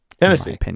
Tennessee